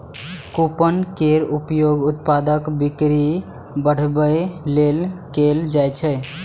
coupon केर उपयोग उत्पादक बिक्री बढ़ाबै लेल कैल जाइ छै